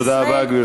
תודה רבה, גברתי.